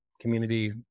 community